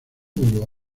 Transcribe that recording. bulbo